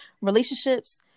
relationships